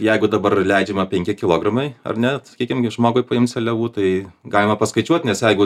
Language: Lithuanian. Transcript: jeigu dabar leidžiama penki kilogramai ar ne sakykim žmogui paimt seliavų tai galima paskaičiuot nes jeigu